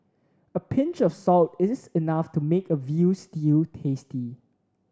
a pinch of salt is enough to make a veal stew tasty